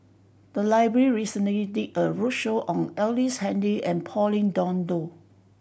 the library recently did a roadshow on Ellice Handy and Pauline Dawn Loh